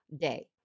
day